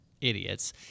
idiots